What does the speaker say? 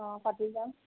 অঁ পাতি যাম